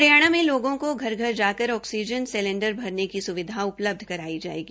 हरियाणा में लोगों को घर घर ऑक्सीजन सिलेंडर भरने की स्विधा उपलब्ध कराई जाएगी